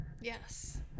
Yes